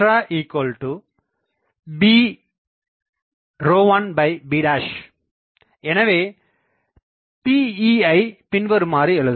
bextrab1b எனவே Pe ஐ பின்வருமாறு எழுதலாம்